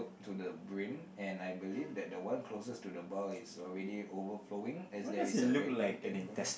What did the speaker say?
to the brim and I believe that the one closest to the bar is already overflowing as there is a very pink thing going out